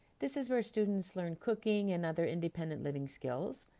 this is where students learn cooking and other independent living skills.